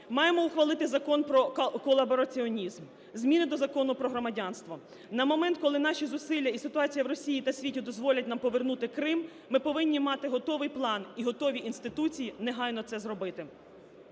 Маємо ухвалити Закон про колабораціонізм, зміни до Закону про громадянство. На момент, коли наші зусилля і ситуація в Росії та світі дозволять нам повернути Крим, ми повинні мати готовий план і готові інституції негайно це зробити.